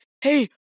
hey